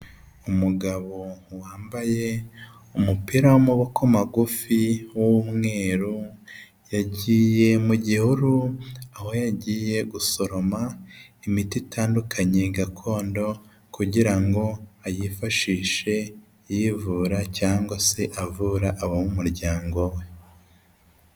Umugabo wambaye umupira w'amaboko magufi w'umweru, yagiye mu gihuru aho yagiye gusoroma imiti itandukanye gakondo kugira ngo ayifashishe yivura cyangwa se avura abo mu muryango we.